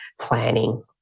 planning